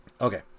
Okay